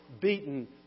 beaten